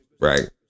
Right